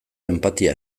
enpatia